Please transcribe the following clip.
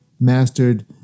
mastered